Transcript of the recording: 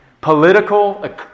Political